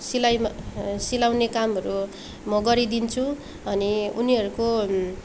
सिलाइमा सिलाउने कामहरू म गरिदिन्छु अनि उनीहरूको